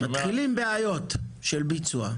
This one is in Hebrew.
ואז מתחילות בעיות של ביצוע.